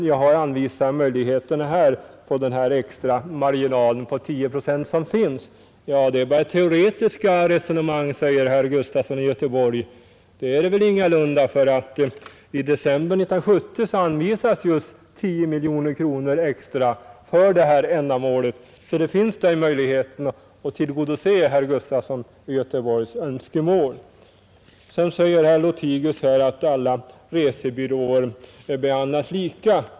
Jag har anvisat möjligheten att här utnyttja den extra marginal på 10 procent som finns. ”Det är bara teoretiska resonemang”, säger herr Gustafson i Göteborg, men det är det ingalunda. I december 1970 anvisades ju 10 miljoner kronor extra för det här ändamålet. Den möjligheten finns alltså att tillgodose herr Gustafsons i Göteborg önskemål. Herr Lothigius menar att alla resebyråer bör behandlas lika.